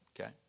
okay